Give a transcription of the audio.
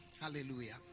hallelujah